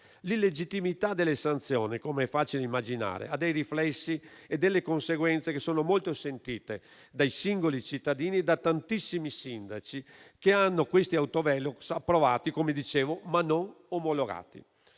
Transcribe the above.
L'illegittimità delle sanzioni - come è facile immaginare - ha dei riflessi e delle conseguenze molto sentite dai singoli cittadini, da tantissimi sindaci che hanno gli autovelox approvati - come dicevo - ma non omologati.